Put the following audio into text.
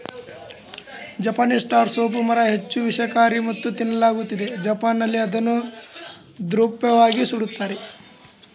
Japanese star ಸೋಂಪು ಮರ ಹೆಚ್ಚು ವಿಷಕಾರಿ ಮತ್ತು ತಿನ್ನಲಾಗದಂತಿದೆ ಜಪಾನ್ನಲ್ಲಿ ಅದನ್ನು ಧೂಪದ್ರವ್ಯವಾಗಿ ಸುಡ್ತಾರೆ